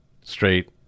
straight